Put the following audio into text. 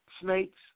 snakes